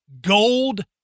gold